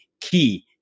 key